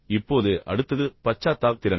இப்போது அடுத்தது பச்சாத்தாப திறன்கள்